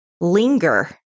linger